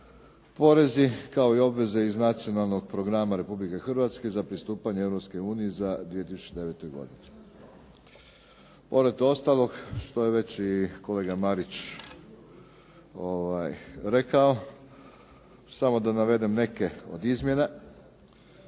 porezi kao i obveze iz Nacionalnog programa Republike Hrvatske za pristupanje Europske unije za 2009. godinu. Pored ostalog što je već i kolega Marić rekao, samo da navedem neke od izmjena.